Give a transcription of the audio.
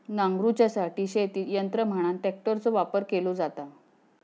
नांगरूच्यासाठी शेतीत यंत्र म्हणान ट्रॅक्टरचो वापर केलो जाता